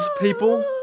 people